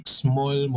small